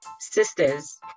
sisters